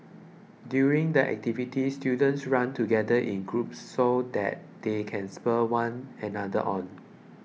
during the activity students run together in groups so that they can spur one another on